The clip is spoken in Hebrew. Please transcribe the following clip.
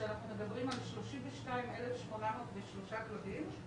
שאנחנו מדברים על 32,803 כלבים,